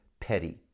petty